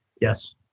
Yes